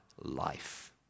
life